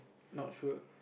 not sure